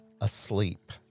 asleep